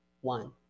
one